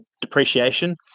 depreciation